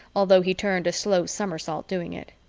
although he turned a slow somersault doing it.